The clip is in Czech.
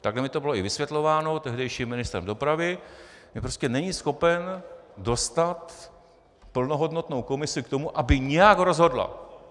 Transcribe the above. Tak mi to bylo i vysvětlováno tehdejším ministrem dopravy, že prostě není schopen dostat plnohodnotnou komisi k tomu, aby nějak rozhodla.